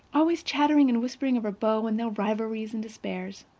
always chattering and whispering of her beaux, and their rivalries and despairs.